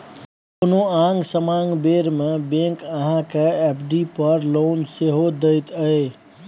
कोनो आंग समांग बेर मे बैंक अहाँ केँ एफ.डी पर लोन सेहो दैत यै